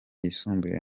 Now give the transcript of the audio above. yisumbuye